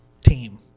team